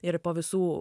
ir po visų